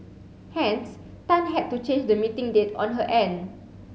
hence Tan had to change the meeting date on her end